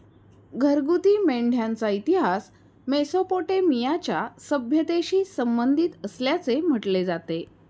घरगुती मेंढ्यांचा इतिहास मेसोपोटेमियाच्या सभ्यतेशी संबंधित असल्याचे म्हटले जाते